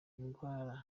indwara